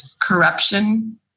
corruption